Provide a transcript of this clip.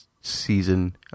season